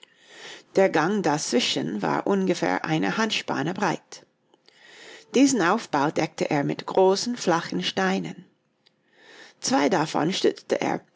der gang dazwischen war ungefähr eine handspanne breit diesen aufbau deckte er mit großen flachen steinen zwei davon stützte er